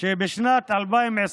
שבשנת 2021